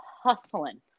hustling